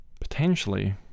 potentially